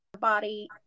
body